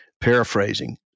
paraphrasing